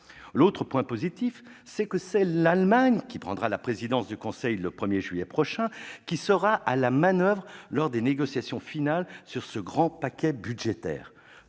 ! Autre point positif, c'est l'Allemagne- elle prendra la présidence du Conseil le 1juillet prochain - qui sera à la manoeuvre lors des négociations finales sur ce grand paquet budgétaire.